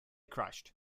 crashed